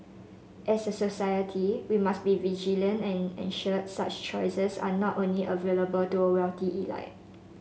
as a society we must be vigilant and ensure such choices are not only available to a wealthy elite